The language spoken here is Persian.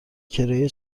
کرایه